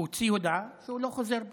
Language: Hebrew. הוא הוציא הודעה שהוא לא חוזר בו,